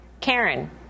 Karen